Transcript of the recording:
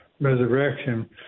resurrection